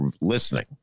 listening